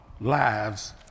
lives